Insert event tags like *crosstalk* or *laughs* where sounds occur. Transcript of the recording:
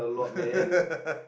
*laughs*